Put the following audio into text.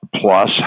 plus